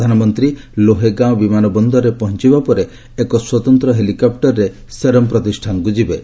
ପ୍ରଧାନମନ୍ତ୍ରୀ ଲୋହେଗାଓଁ ବିମାନ ବନ୍ଦରରେ ପହଞ୍ଚବା ପରେ ଏକ ସ୍ୱତନ୍ତ୍ର ହେଲିକପୁରରେ ସେରମ୍ ପ୍ରତିଷ୍ଠାନକ୍ତ ଯିବେ